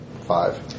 Five